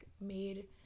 made